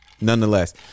Nonetheless